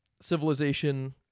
civilization